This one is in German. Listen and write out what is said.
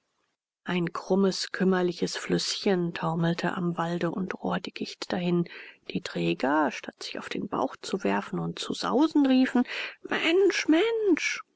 ein krummes kümmerliches flüßchen taumelte am walde und rohrdickicht dahin die träger statt sich auf den bauch zu werfen und zu sausen riefen mensch